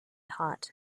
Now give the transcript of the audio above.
hot